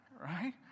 Right